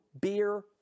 beer